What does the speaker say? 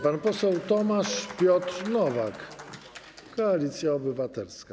Pan poseł Tomasz Piotr Nowak, Koalicja Obywatelska.